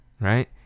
right